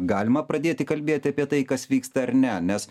galima pradėti kalbėti apie tai kas vyksta ar ne nes